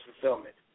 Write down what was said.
fulfillment